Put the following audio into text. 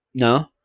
No